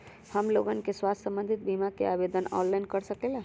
हमन लोगन के स्वास्थ्य संबंधित बिमा का आवेदन ऑनलाइन कर सकेला?